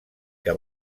que